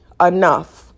enough